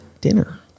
dinner